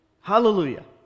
Hallelujah